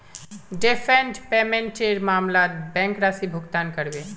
deferred पेमेंटेर मामलत bank राशि भुगतान करबे